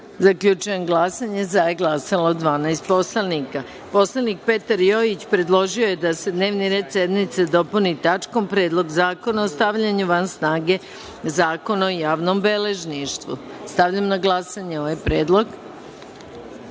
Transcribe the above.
predlog. Zaključujem glasanje: za – 12 poslanika. Poslanik Petar Jojić predložio je da se dnevni red sednice dopuni tačkom – Predlog zakona o stavljanju van snage Zakona o javnom beležništvu. Stavljam na glasanje ovaj